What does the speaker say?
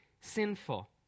sinful